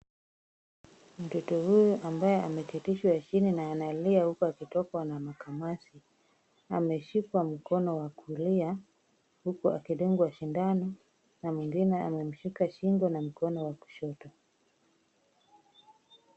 Mtoto huyu ambaye ameketishwa chini na analia huku akitokwa na makamasi, ameshikwa mkono wa kulia huku akidungwa sindano, na mwingine amemshika shingo na mkono wa kushoto.